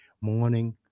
morning